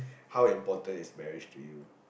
how important is marriage to you